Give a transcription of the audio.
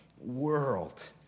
world